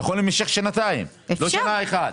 יכול להימשך שנתיים ולא שנה אחת.